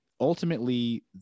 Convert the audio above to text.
Ultimately